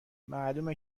معلومه